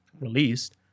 released